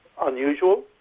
unusual